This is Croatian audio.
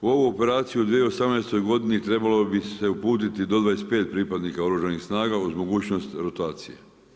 U ovu operaciju u 2018. godini trebalo bi se uputiti do 25 pripadnika Oružanih snaga uz mogućnost rotacije.